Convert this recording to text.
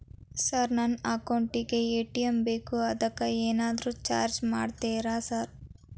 Sir ನನ್ನ account ಗೇ ATM ಬೇಕು ಅದಕ್ಕ ಏನಾದ್ರು ಚಾರ್ಜ್ ಮಾಡ್ತೇರಾ ಸರ್?